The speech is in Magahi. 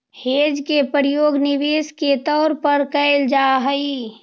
हेज के प्रयोग निवेश के तौर पर कैल जा हई